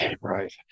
Right